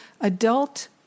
adult